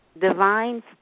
divine